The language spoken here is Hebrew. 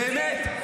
באמת.